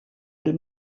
pel